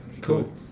Cool